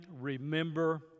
remember